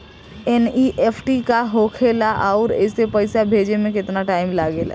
NEFT का होखे ला आउर एसे पैसा भेजे मे केतना टाइम लागेला?